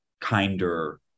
kinder